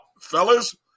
fellas